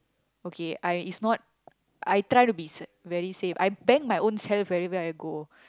okay I is not I try to be s~ very safe I bang my ownself everywhere I go